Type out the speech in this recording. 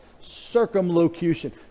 circumlocution